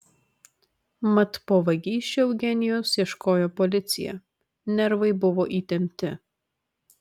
mat po vagysčių eugenijaus ieškojo policija nervai buvo įtempti